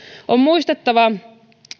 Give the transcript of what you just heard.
on muistettava